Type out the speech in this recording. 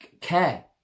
care